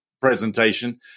presentation